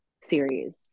series